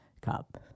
cup